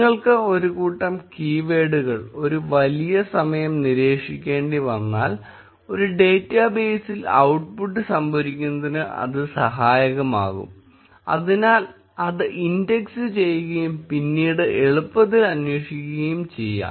നിങ്ങൾക്ക് ഒരു കൂട്ടം കീവേഡുകൾ ഒരു വലിയ സമയം നിരീക്ഷിക്കേണ്ടിവന്നാൽ ഒരു ഡാറ്റാബേസിൽ ഔട്ട്പുട്ട് സംഭരിക്കുന്നതിന് അത് സഹായകമാകും അതിനാൽ ഇത് ഇൻഡെക്സ് ചെയ്യുകയും പിന്നീട് എളുപ്പത്തിൽ അന്വേഷിക്കുകയും ചെയ്യാം